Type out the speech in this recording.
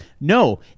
No